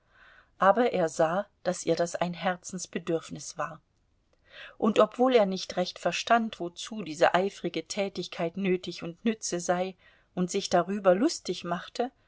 aber er sah daß ihr das ein herzensbedürfnis war und obwohl er nicht recht verstand wozu diese eifrige tätigkeit nötig und nütze sei und sich darüber lustig machte